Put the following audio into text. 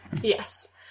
Yes